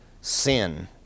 sin